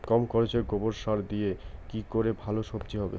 কম খরচে গোবর সার দিয়ে কি করে ভালো সবজি হবে?